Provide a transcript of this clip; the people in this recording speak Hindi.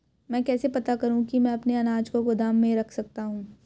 मैं कैसे पता करूँ कि मैं अपने अनाज को गोदाम में रख सकता हूँ?